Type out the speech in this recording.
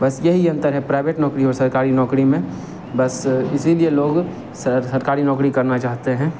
बस यही अंतर है प्राइवेट नौकरी और सरकारी नौकरी में बस इसी लिए लोग सरकारी नौकरी करना चाहते हैं